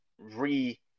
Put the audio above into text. re